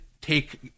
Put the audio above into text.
Take